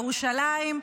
ירושלים.